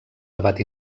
debat